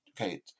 Okay